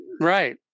right